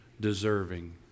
deserving